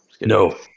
No